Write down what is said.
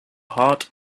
heart